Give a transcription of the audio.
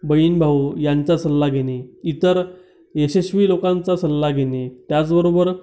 बहीणभाऊ यांचा सल्ला घेणे इतर यशस्वी लोकांचा सल्ला घेणे त्याचबरोबर